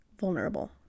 vulnerable